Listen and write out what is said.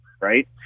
Right